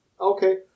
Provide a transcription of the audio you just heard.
Okay